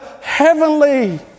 heavenly